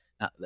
Now